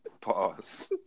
Pause